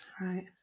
right